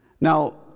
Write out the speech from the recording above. Now